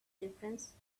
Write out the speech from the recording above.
difference